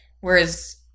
whereas